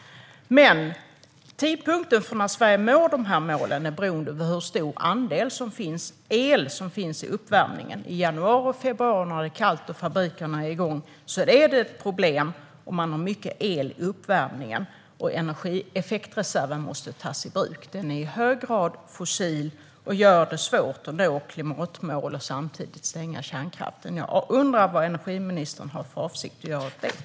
Men tidpunkten för när Sverige når dessa mål beror på hur stor andel el som finns i uppvärmningen. I januari och februari när det är kallt och fabrikerna är igång är det ett problem om man har mycket el i uppvärmningen och effektreserven måste tas i bruk. Den är i hög grad fossil och gör det svårt att nå klimatmål och samtidigt stänga kärnkraften. Jag undrar vad energiministern har för avsikt att göra åt det.